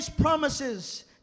promises